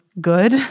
good